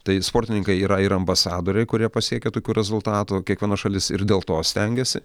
tai sportininkai yra ir ambasadoriai kurie pasiekia tokių rezultatų kiekviena šalis ir dėl to stengiasi